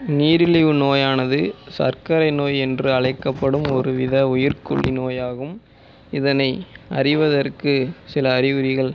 நீரிழிவு நோயானது சர்க்கரை நோய் என்று அழைக்கப்படும் ஒரு வித உயிர்கொல்லி நோயாகும் இதனை அறிவதற்கு சில அறிகுறிகள்